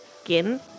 skin